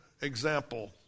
example